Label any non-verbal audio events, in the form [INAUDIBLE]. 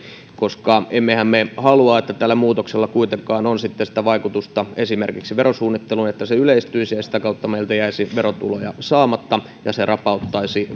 emmehän me halua että tällä muutoksella kuitenkaan on sitten sitä vaikutusta esimerkiksi verosuunnitteluun niin että se yleistyisi ja sitä kautta meiltä jäisi verotuloja saamatta ja se rapauttaisi [UNINTELLIGIBLE]